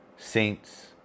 Saints